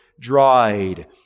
Dried